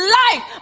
life